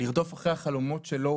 לרדוף אחרי החלומות שלו,